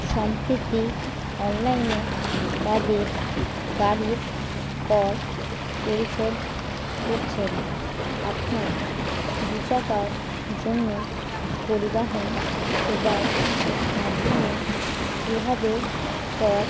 সম্প্রতি অনলাইনে তাদের গাড়ির কর পরিশোধ করছেন আপনার দু চাকার জন্য পরিবহন সেবার মাধ্যমে কীভাবে কর